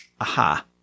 aha